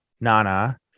nana